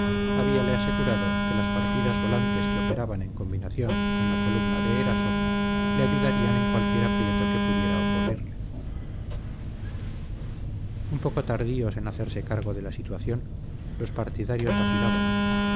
de artillería habíale asegurado que las partidas volantes que operaban en combinación con la columna de eraso le ayudarían en cualquier aprieto que pudiera ocurrirle un poco tardíos en hacerse cargo de la situación los partidarios vacilaban